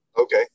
okay